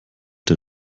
der